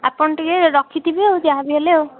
ଆପଣ ଟିକେ ରଖିଥିବେ ଆଉ ଯାହା ବି ହେଲେ ଆଉ